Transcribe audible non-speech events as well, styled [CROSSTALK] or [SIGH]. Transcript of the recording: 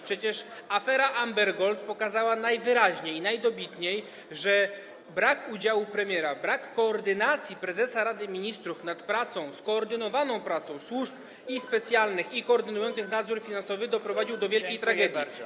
Przecież afera Amber Gold pokazała najwyraźniej i najdobitniej, że brak udziału w tym premiera, brak koordynacji przez prezesa Rady Ministrów pracy, skoordynowanej pracy służb [NOISE] i specjalnych, i koordynujących nadzór finansowy doprowadził do wielkiej tragedii.